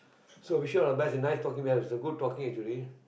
so wish you all the best nice talking it's good talking already